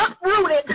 uprooted